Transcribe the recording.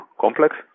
complex